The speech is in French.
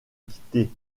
quitter